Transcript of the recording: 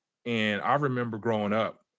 and i remember growing up,